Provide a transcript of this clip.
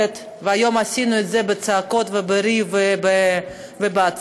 והיום עשינו את זה בצעקות ובריב ובעצבים.